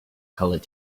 colored